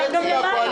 חצי וחצי.